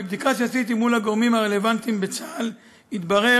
מבדיקה שעשיתי מול הגורמים הרלוונטיים בצה"ל התברר